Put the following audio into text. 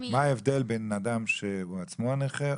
מה ההבדל בין אדם שהוא עצמו הנכה,